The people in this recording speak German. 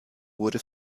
wurde